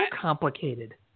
complicated